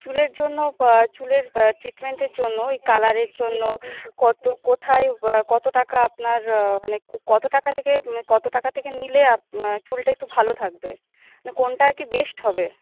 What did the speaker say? চুলের জন্য চুলের ট্রিটমেন্টের জন্য কালারের জন্য কত কোথায় কত টাকা আপনার মানে কত টাকা থেকে কত টাকা থেকে নিলে চুলটা একটু ভালো থাকবে কোনটা আর কি বেস্ট হবে